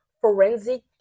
forensic